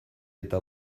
eta